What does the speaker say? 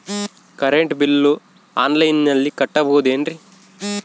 Current bill ಆನ್ಲೈನಿನಲ್ಲಿ ಕಟ್ಟಬಹುದು ಏನ್ರಿ?